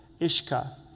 Ishka